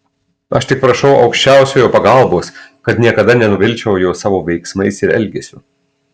aš tik prašau aukščiausiojo pagalbos kad niekada nenuvilčiau jo savo veiksmais ir elgesiu